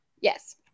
yes